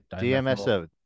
DMSO